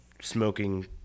smoking